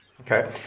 Okay